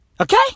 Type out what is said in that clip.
Okay